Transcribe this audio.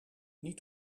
niet